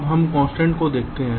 अब हम कंस्ट्रेंट्स को देखते हैं